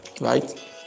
right